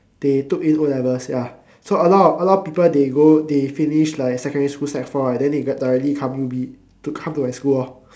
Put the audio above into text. they took in O-levels ya so a lot a lot of people they go they finish like secondary school sec four right then they get directly come you be come to my school lor